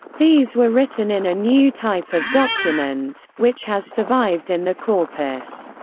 these were written in a new type of document, which has survived in the corpus.